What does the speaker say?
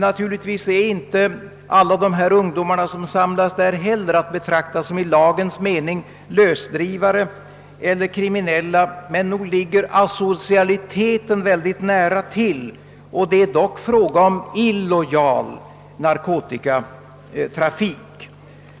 Naturligtvis är inte heller alla de ungdomar som samlas där att betrakta som lösdrivare i lagens mening eller kriminella, men nog ligger asocialiteten mycket nära till, och det är i alla fall fråga om illegal narkotikatrafik.